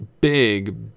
big